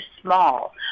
small